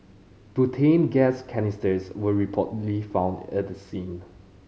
butane gas canisters were reportedly found at the scene